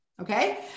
okay